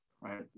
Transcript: right